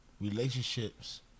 relationships